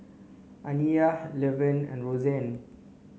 Aniyah Levern and Rozanne